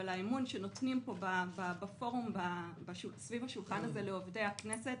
ועל האמון שנותנים פה בפורום סביב השולחן לעובדי הכנסת.